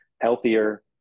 healthier